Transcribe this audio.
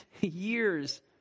years